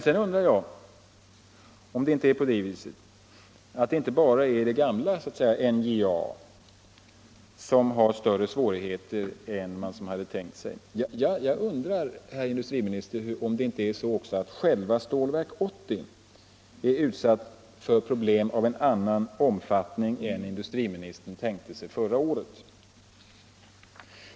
Sedan undrar jag om det bara är det ”gamla” NJA som fått större svårigheter än man räknat med och om inte också själva Stålverk 80 är utsatt för problem av en annan omfattning än industriministern hade tänkt sig förra året.